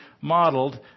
modeled